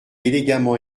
élégamment